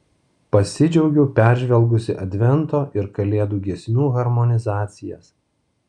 pasidžiaugiau peržvelgusi advento ir kalėdų giesmių harmonizacijas